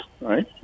Right